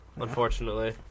Unfortunately